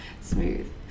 Smooth